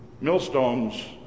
millstones